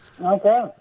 Okay